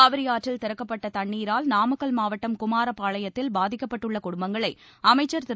காவிரி ஆற்றில் திறக்கப்பட்ட தண்ணீரால் நாமக்கல் மாவட்டம் குமாரப்பாளையத்தில் பாதிக்கப்பட்டுள்ள குடும்பங்களை அமைச்சர் திரு